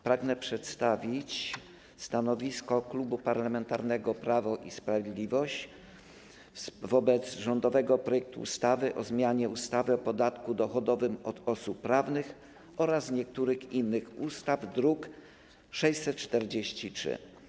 Pragnę przedstawić stanowisko Klubu Parlamentarnego Prawo i Sprawiedliwość wobec rządowego projektu ustawy o zmianie ustawy o podatku dochodowym od osób prawnych oraz niektórych innych ustaw, druk nr 643.